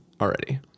already